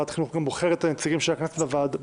ועדת החינוך גם בוחרת את הנציגים של הכנסת במועצה.